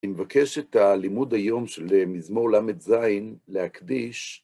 אני מבקש את הלימוד היום של מזמור ל"ז להקדיש